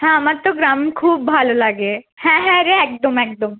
হ্যাঁ আমার তো গ্রাম খুব ভালো লাগে হ্যাঁ হ্যাঁ রে একদম একদম